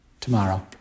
tomorrow